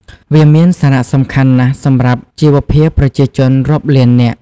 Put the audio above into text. វាមានសារៈសំខាន់ណាស់សម្រាប់ជីវភាពប្រជាជនរាប់លាននាក់។